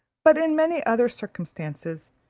but in many other circumstances,